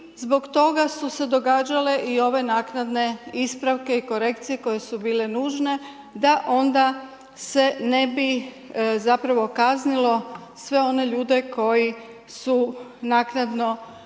I zbog toga su se događale i ove naknadne ispravke i korekcije koje su bile nužne da onda se ne bi zapravo kaznilo sve one ljude koji su naknadno